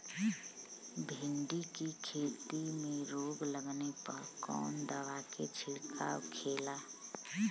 भिंडी की खेती में रोग लगने पर कौन दवा के छिड़काव खेला?